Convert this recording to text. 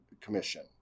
Commission